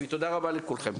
תודה רבה לכולכם.